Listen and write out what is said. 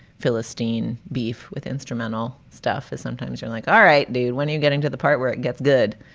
philistine beef with instrumental stuff is sometimes you're like, all right, dude, when are you getting to the part where it gets good?